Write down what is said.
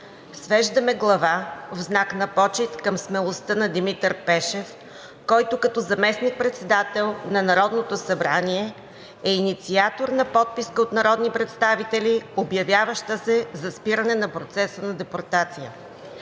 Свеждаме глава в знак на почит към смелостта на Димитър Пешев, който като заместник-председател на Народното събрание е инициатор на подписка от народни представители, обявяваща се за спиране на процеса на депортация.